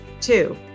Two